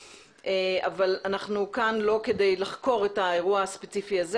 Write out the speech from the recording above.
אבל אנחנו כאן לא כדי לחקור את האירוע הספציפי הזה